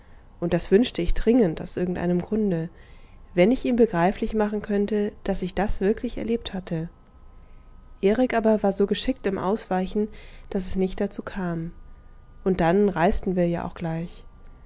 und das wünschte ich dringend aus irgendeinem grunde wenn ich ihm begreiflich machen könnte daß ich das wirklich erlebt hatte erik aber war so geschickt im ausweichen daß es nicht dazu kam und dann reisten wir ja auch gleich